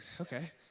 okay